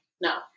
No